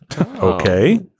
Okay